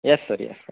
yes sir yes sir